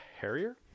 Harrier